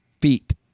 feet